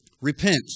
repent